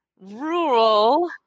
rural